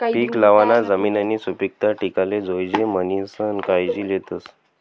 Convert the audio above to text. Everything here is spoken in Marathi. पीक लावाना जमिननी सुपीकता टिकाले जोयजे म्हणीसन कायजी लेतस